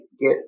get